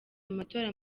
amatora